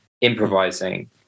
improvising